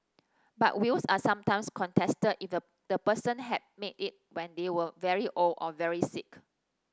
but wills are sometimes contested if the person had made it when they were very old or very sick